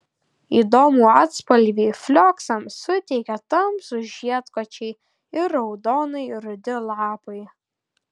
įdomų atspalvį flioksams suteikia tamsūs žiedkočiai ir raudonai rudi lapai